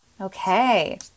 Okay